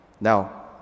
now